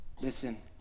Listen